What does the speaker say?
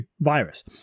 virus